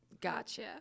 Gotcha